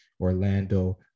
Orlando